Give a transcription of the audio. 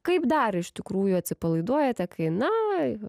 kaip dar iš tikrųjų atsipalaiduojate kai na